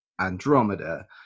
Andromeda